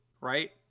right